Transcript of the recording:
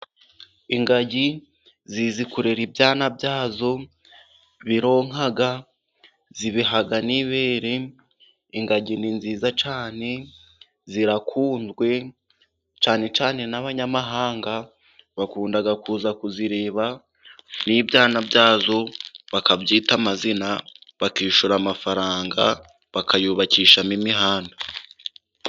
Ingagi zizi kurera ibyana byazo bironka zibiha n'ibere. Ingagi ni nziza cyane zirakunzwe cyane cyane n'abanyamahanga bakunda kuza kuzireba n'ibyana byazo bakabyita amazina, bakishyura amafaranga bakayubakishamo imihanda.